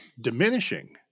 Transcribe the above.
diminishing